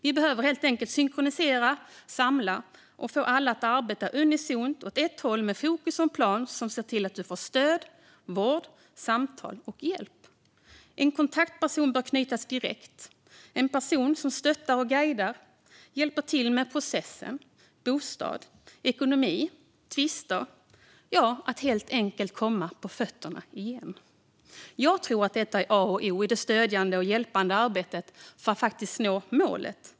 Vi behöver synkronisera, samla och få alla att arbeta unisont åt ett håll och med fokus och en plan för att se till att man får stöd, vård, samtal och hjälp. En kontaktperson bör knytas direkt till den våldsutsatta. Det ska vara en person som stöttar och guidar, hjälper till med processen, bostad, ekonomi och i tvister, helt enkelt med att den utsatta ska komma på fötterna igen. Jag tror att detta är A och O i det stödjande och hjälpande arbetet för att den utsatta ska nå målet.